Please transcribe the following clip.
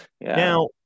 Now